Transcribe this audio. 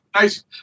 Nice